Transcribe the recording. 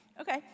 okay